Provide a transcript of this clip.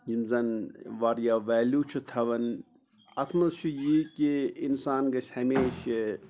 یِم زَن واریاہ ویلیوٗ چھِ تھَوان اَتھ منٛز چھُ یی کہ اِنسان گژھِ ہَمیشہِ